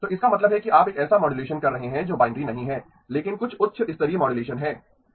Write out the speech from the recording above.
तो इसका मतलब है कि आप एक ऐसा मॉड्यूलेशन कर रहे हैं जो बाइनरी नहीं है लेकिन कुछ उच्च स्तरीय मॉड्यूलेशन है